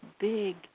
big